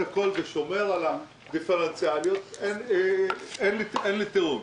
הכול ושומר על הדיפרנציאליות אין לי טיעון.